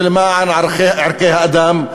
ולמען ערכי האדם.